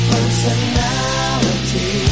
Personality